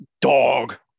Dog